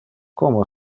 como